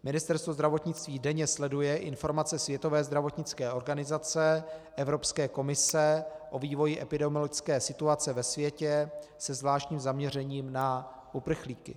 Ministerstvo zdravotnictví denně sleduje informace Světové zdravotnické organizace, Evropské komise o vývoji epidemiologické situace ve světě se zvláštním zaměřením na uprchlíky.